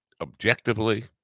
objectively